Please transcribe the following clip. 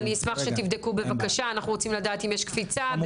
אז תבדקו בבקשה אנחנו רוצים לדעת אם יש קפיצה.